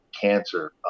cancer